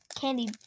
candy